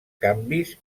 canvis